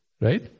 right